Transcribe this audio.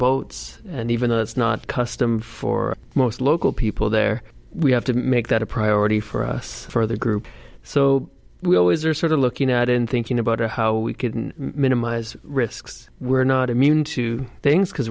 boats and even though it's not custom for most local people there we have to make that a priority for us for the group so we always are sort of looking out in thinking about how we couldn't minimize risks we're not immune to things because